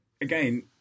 again